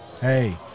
Hey